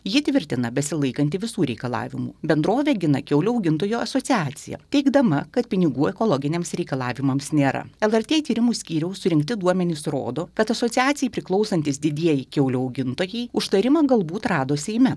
ji tvirtina besilaikanti visų reikalavimų bendrovė gina kiaulių augintojų asociaciją teigdama kad pinigų ekologiniams reikalavimams nėra lrt tyrimų skyriaus surinkti duomenys rodo kad asociacijai priklausantys didieji kiaulių augintojai užtarimą gal būt rado seime